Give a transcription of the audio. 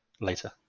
later